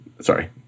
sorry